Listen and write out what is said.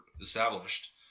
established